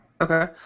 Okay